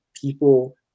People